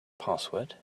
password